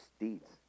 deeds